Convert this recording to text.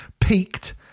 peaked